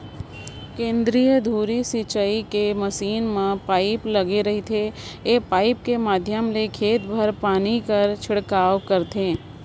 केंद्रीय धुरी सिंचई के मसीन म पाइप लगे रहिथे ए पाइप के माध्यम ले खेत भर पानी कर छिड़काव करथे